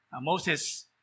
Moses